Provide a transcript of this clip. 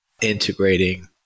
integrating